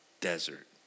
desert